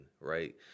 right